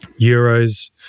euros